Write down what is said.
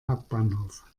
hauptbahnhof